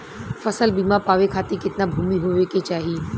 फ़सल बीमा पावे खाती कितना भूमि होवे के चाही?